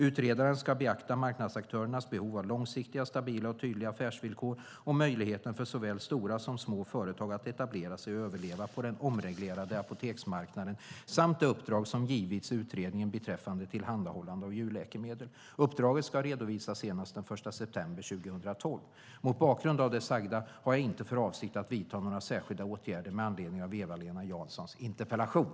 Utredaren ska beakta marknadsaktörernas behov av långsiktiga, stabila och tydliga affärsvillkor och möjligheten för såväl stora som små företag att etablera sig och överleva på den omreglerade apoteksmarknaden samt det uppdrag som givits utredningen beträffande tillhandahållande av djurläkemedel. Uppdraget ska redovisas senast den 1 september 2012. Mot bakgrund av det sagda har jag inte för avsikt att vidta några särskilda åtgärder med anledning av Eva-Lena Janssons interpellation.